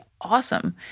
awesome